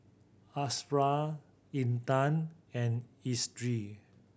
Ashraff Intan and Idris